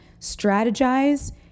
Strategize